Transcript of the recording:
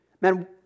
man